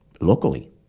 locally